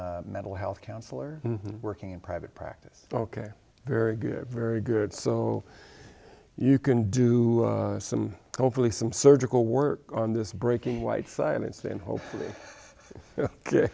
and mental health counselor working in private practice ok very good very good so you can do some hopefully some surgical work on this breaking white silence and hope